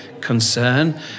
concern